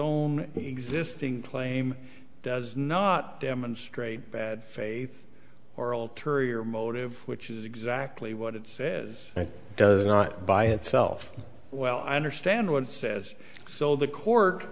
own existing claim does not demonstrate bad faith or ulterior motive which is exactly what it says and does not by itself well i understand what it says so the court